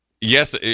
Yes